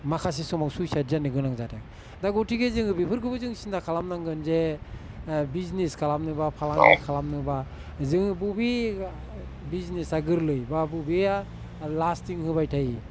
माखासे समाव सुइसाइद जानो गोनां जादों दा गतिके जोङो बेफोरखौबो जोङो सिन्था खालामनांगोन जे बिजनेस खालामनोबा फालांगि खालामनोबा जोङो बबे बिजनेसा गोरलै बा बबेया लास्तिं होबाय थायो